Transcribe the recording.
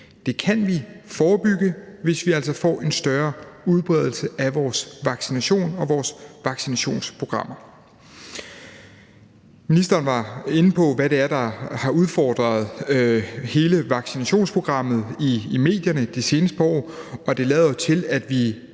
Det kan vi forebygge, hvis vi altså får en større udbredelse af vores vaccination og vores vaccinationsprogrammer. Ministeren var inde på, hvad det er, der har udfordret hele vaccinationsprogrammet i medierne det seneste par år, og det lader jo til, at vi